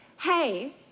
hey